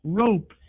rope